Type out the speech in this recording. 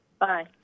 bye